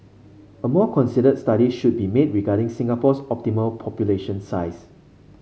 a more considered study should be made regarding Singapore's optimal population size